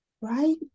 Right